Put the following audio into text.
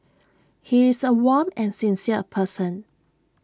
he is A warm and sincere person